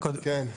כן.